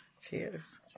Cheers